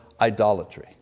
idolatry